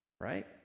right